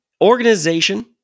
organization